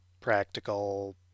practical